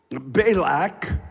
Balak